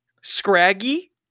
Scraggy